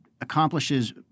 accomplishes